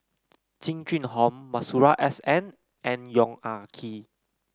Jing Jun Hong Masuri S N and Yong Ah Kee